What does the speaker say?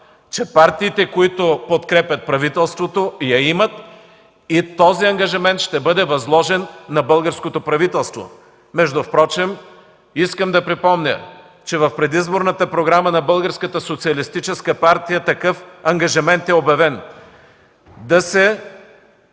че партиите, които подкрепят правителството, я имат и този ангажимент ще бъде възложен на българското правителство. Впрочем искам да припомня, че в предизборната програма на Българската